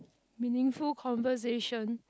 meaningful conversation